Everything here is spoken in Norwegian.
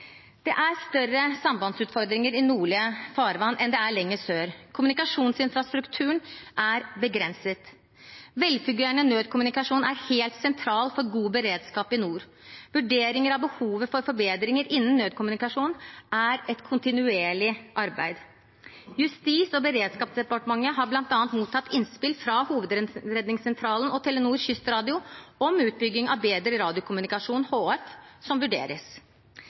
Det er større sambandsutfordringer i nordlige farvann enn det er lenger sør. Kommunikasjonsinfrastrukturen er begrenset. Velfungerende nødkommunikasjon er helt sentralt for god beredskap i nord. Vurderinger av behovet for forbedringer innen nødkommunikasjon er et kontinuerlig arbeid. Justis- og beredskapsdepartementet har bl.a. mottatt innspill fra Hovedredningssentralen og Telenor Kystradio om utbygging av bedre radiokommunikasjon, HF, som vurderes.